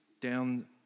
down